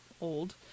old